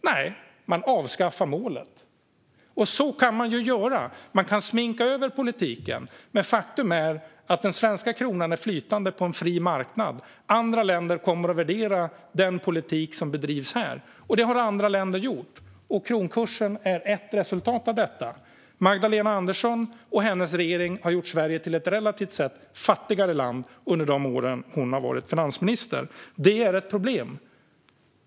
Nej, den avskaffar målet. Så kan man göra. Man kan sminka över politiken. Men faktum är att den svenska kronan är flytande på en fri marknad. Andra länder kommer att värdera den politik som bedrivs här. Och det har andra länder gjort. Kronkursen är ett resultat av det. Magdalena Andersson och hennes regering har gjort Sverige till ett relativt sett fattigare land under de år som hon har varit finansminister. Det är ett problem. Fru talman!